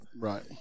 Right